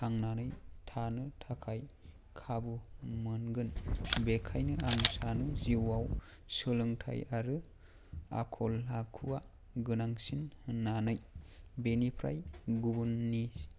थांनानै थानो थाखाय खाबु मोनगोन बेखायनो आं सानो जिउआव सोलोंथाइ आरो आखल आखुआ गोनांसिन होननानै बेनिफ्राय गुबुननि